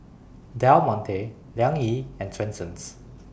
Del Monte Liang Yi and Swensens